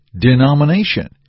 denomination